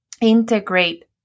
integrate